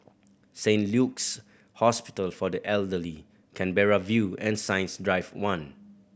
Saint Luke's Hospital for the Elderly Canberra View and Science Drive One